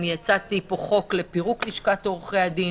אני הצעתי פה חוק לפירוק לשכת עורכי הדין.